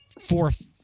fourth